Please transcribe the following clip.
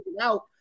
out